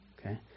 Okay